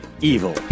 evil